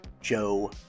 Joe